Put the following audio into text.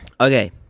okay